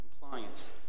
compliance